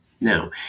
Now